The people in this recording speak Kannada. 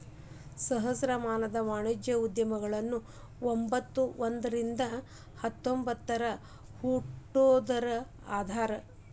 ಸಹಸ್ರಮಾನದ ವಾಣಿಜ್ಯೋದ್ಯಮಿಗಳ ಎಂಬತ್ತ ಒಂದ್ರಿಂದ ತೊಂಬತ್ತ ಆರಗ ಹುಟ್ಟಿದೋರ ಅದಾರ